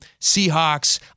Seahawks